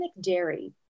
dairy